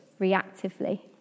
reactively